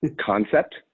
concept